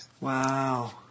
Wow